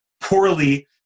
poorly